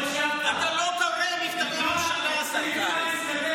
אתה לא קורא מכתבי ממשלה, השר קרעי.